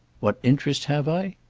what interest have i?